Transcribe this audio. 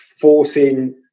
forcing